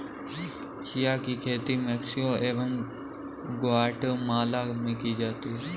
chia की खेती Mexico एवं ग्वाटेमाला में की जाती है